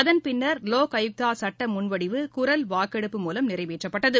அதன் பின்னர் லோக் ஆயுக்தா சுட்ட முன்வடிவு குரல் வாக்கெடுப்பு மூலம் நிறைவேற்றப்பட்டது